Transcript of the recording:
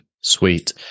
Sweet